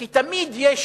כי תמיד יש